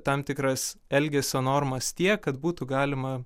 tam tikras elgesio normas tiek kad būtų galima